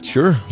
Sure